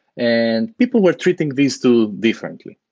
and people were treating these two different.